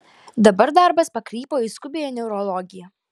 dabar darbas pakrypo į skubiąją neurologiją